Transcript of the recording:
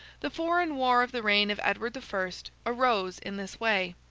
the foreign war of the reign of edward the first arose in this way.